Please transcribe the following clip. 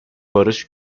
barış